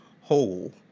whole